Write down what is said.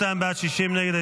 52 בעד, 60 נגד.